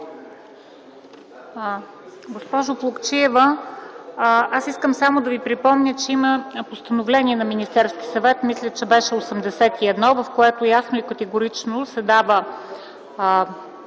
Госпожо Плугчиева, искам само да Ви припомня, че има постановление на Министерския съвет - мисля, че беше № 81, в което ясно и категорично се дава